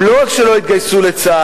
הם לא רק לא התגייסו לצה"ל,